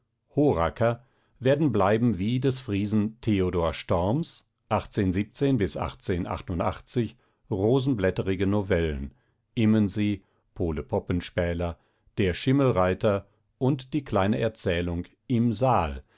horracker werden bleiben wie des friesen theodor storms rosenblätter novellen immensee pole popenspäler der schimmelreiter und die kleine erzählung im saal